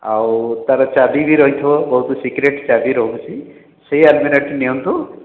ଆଉ ତା ର ଚାବି ବି ରହିଥିବ ବହୁତ ସିକ୍ରେଟ୍ ଚାବି ରହୁଛି ସେ ଆଲମିରା ଟି ନିଅନ୍ତୁ